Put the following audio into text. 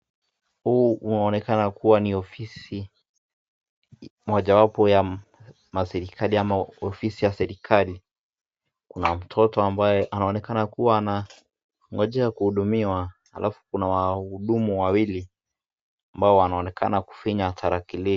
Huu unaonekana kuwa ni ofisi mojawapo ya maserikali ama ofisi ya serikali ,kuna mtoto ambaye anaonekana kuwa anangojea kuhudumiwa alafu kuna wahudumu wawili ambao wanaonekana kufinya tarakilishi.